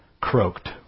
croaked